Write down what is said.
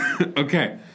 Okay